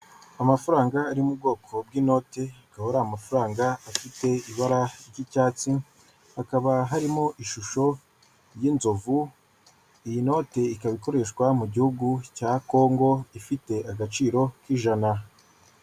Amafaranga ari mu bwoko bw'inoti akaba ari amafaranga afite ibara ry'icyatsi hakaba harimo ishusho y'inzovu iyi noti ikaba ikoreshwa mu gihugu cya kongo ifite agaciro k'ijana.